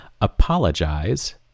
Apologize